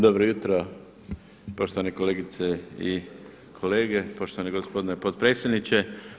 Dobro jutro poštovane kolegice i kolege, poštovani gospodine potpredsjedniče.